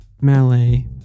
Malay